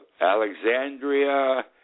Alexandria